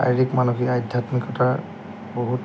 শাৰীৰিক মানসিক আধ্যাত্মিকতাৰ বহুত